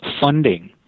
funding